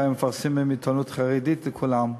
שהיו מפרסמים בעיתונות החרדית לכולם,